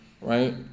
right